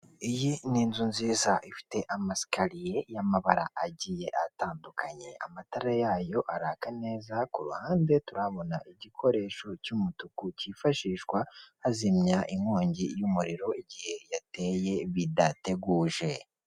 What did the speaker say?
Iyi ni inzu nziza ifite amasikariye y'amabara agiye atandukanye, amatara yayo araka neza, ku ruhande turabona igikoresho cy'umutuku cyifashishwa hazimya inkongi y'umuriro, igihe yateye bidateguje.